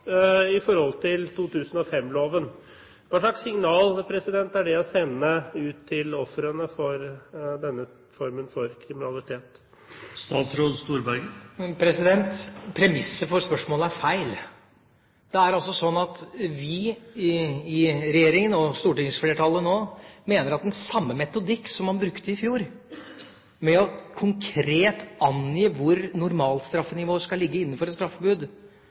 i forhold til 2005-loven. Hvilket signal sender dette ut til ofrene for denne formen for kriminalitet? Premisset for spørsmålet er galt. Det er altså sånn at vi i regjeringa og stortingsflertallet mener at den metodikk som man brukte i fjor, å angi konkret hvor normalstraffenivået innenfor et straffebud